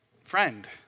friend